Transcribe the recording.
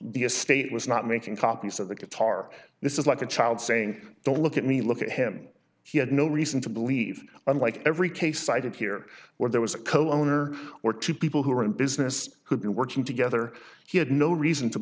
the estate was not making copies of the guitar this is like a child saying don't look at me look at him he had no reason to believe unlike every case cited here where there was a co owner or two people who were in business who'd been working together he had no reason to